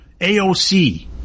AOC